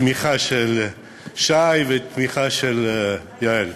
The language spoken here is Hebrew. תמיכה של שי ותמיכה של יעל.